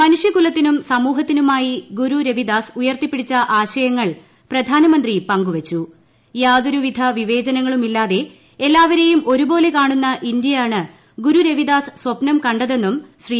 മനുഷ്യകുലത്തിനും സമൂഹത്തിനുമായി ഗ്രൂരു ്രവി ദാസ് ഉയർത്തിപിടിച്ച ആശയങ്ങൾ പ്രധാനമന്ത്രി വിവേചനങ്ങളുമില്ലാതെ എല്ലാവ്രെയും ഒരുപോലെ കാണുന്ന ഇന്ത്യയാണ് ഗുരു രവി ദാസ് സ്ഥപ്നം കണ്ടെതെന്നും ശ്രീ